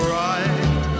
right